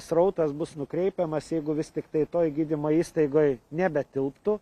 srautas bus nukreipiamas jeigu vis tiktai toj gydymo įstaigoj nebetilptų